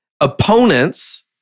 Opponents